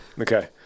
okay